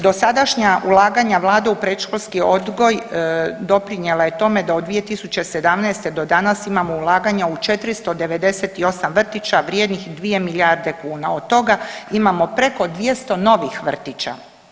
Dosadašnja ulaganja vlade u predškolski odgoj doprinjela je tome da od 2017. do danas imamo ulaganja u 498 vrtića vrijednih 2 milijarde kuna, od toga imamo preko 200 novih vrtića.